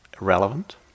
irrelevant